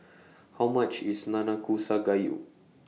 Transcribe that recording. How much IS Nanakusa Gayu